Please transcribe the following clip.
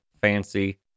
Fancy